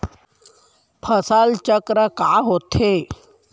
फसल चक्र का होथे?